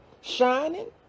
shining